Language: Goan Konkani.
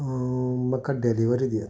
म्हाका डॅलिवरी दियात